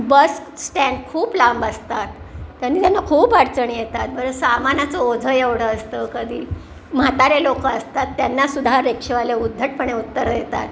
बस stand खूप लांब असतात त्यांनी त्यांना खूप अडचणी येतात बरं सामानाचं ओझं एवढं असतं कधी म्हातारे लोकं असतात त्यांनासुद्धा रिक्षेवाले उद्धटपणे उत्तरं येतात